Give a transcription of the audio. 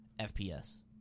FPS